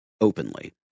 openly